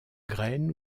graines